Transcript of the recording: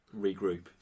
Regroup